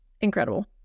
Incredible